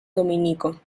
dominico